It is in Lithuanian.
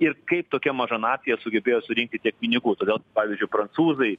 ir kaip tokia maža nacija sugebėjo surinkti tiek pinigų todėl pavyzdžiui prancūzai